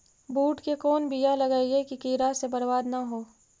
बुंट के कौन बियाह लगइयै कि कीड़ा से बरबाद न हो?